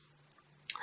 Arun K